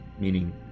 meaning